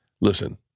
Listen